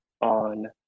on